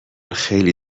خیلی